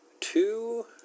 two